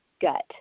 gut